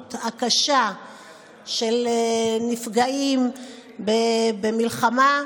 המציאות הקשה של נפגעים במלחמה,